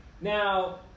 now